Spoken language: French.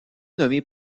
nommée